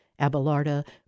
Abelarda